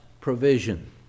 provision